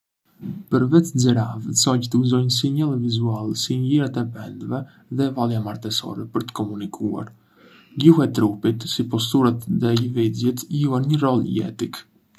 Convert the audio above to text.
Përveç zërave, zogjtë uzonj sinjale vizuale, si ngjyrat e pendëve dhe vallja martesore, për të komunikuar. Gjuha e trupit, si posturat dhe lëvizjet, luan një rol jetik.